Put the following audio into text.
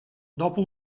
dopo